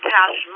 Cash